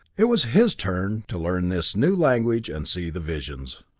it was his turn to learn this new language and see the visions.